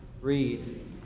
read